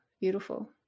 beautiful